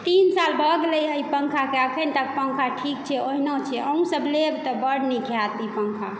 तीन साल भऽ गेलैया एहि पंखा के अखन तक पंखा ठीक छै ओहिना छै अहूँ सब लेल तऽ बड़ नीक होयत ई पंखा